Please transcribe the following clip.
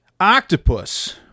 Octopus